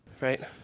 right